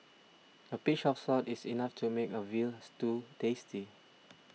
a pinch of salt is enough to make a Veal Stew tasty